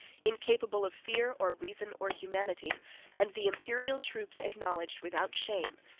incapable of fear, or reason, or humanity and the imperial troops acknowledged, without shame,